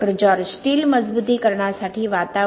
George steel मजबुतीकरणासाठी वातावरण